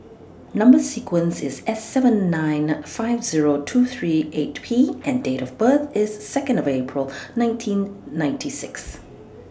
Number sequence IS S seven nine five Zero two three eight P and Date of birth IS Second of April nineteen ninety six